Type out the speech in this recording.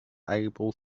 able